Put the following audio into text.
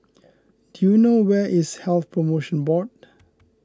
do you know where is Health Promotion Board